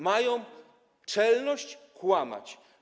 Mają czelność kłamać.